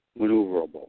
maneuverable